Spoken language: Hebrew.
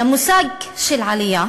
למושג של עלייה